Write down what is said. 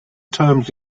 terms